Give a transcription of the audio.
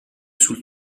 sul